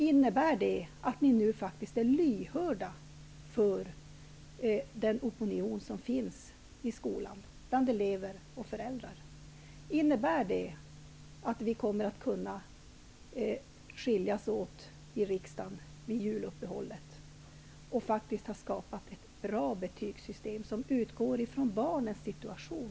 Innebär det att ni nu faktiskt är lyhörda för den opinion som finns i skolan, bland elever och föräldrar? Innebär det att vi, när vi skiljs åt vid riksdagens juluppehåll, kommer att ha skapat ett bra betygssystem som utgår från barnens situation?